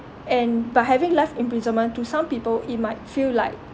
and by having life imprisonment to some people it might feel like